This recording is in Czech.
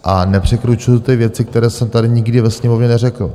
A nepřekrucujte věci, které jsem tady nikdy ve Sněmovně neřekl.